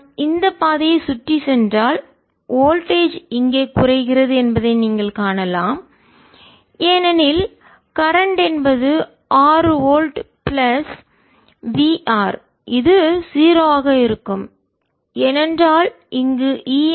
நான் இந்த பாதையைச் சுற்றி சென்றால் வோல்டேஜ் மின்னழுத்தம் இங்கே குறைகிறது என்பதை நீங்கள் காணலாம் ஏனெனில் கரண்ட் மின்னோட்டம் என்பது 6 வோல்ட் பிளஸ் Vr இது 0 ஆக இருக்கும் ஏனென்றால் இங்கு ஈ